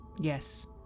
Yes